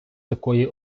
такої